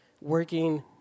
working